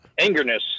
angerness